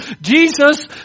Jesus